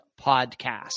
Podcast